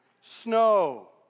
snow